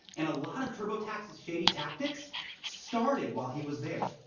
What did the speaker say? and a lot of turbotax's shady tactics started while he was there.